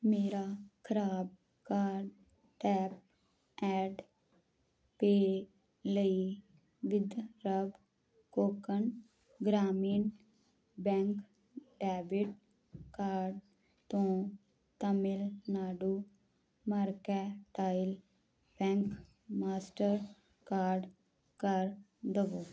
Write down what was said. ਮੇਰਾ ਖਰਾਬ card tap and pay ਲਈ Vidarbha Konkan Gramin bank debit card ਤੋਂ ਤਾਮਿਲਨਾਡੂ ਮਰਕੈਂਟਾਈਲ ਬੈਂਕ ਮਾਸਟਰਕਾਰਡ ਕਰ ਦਵੋ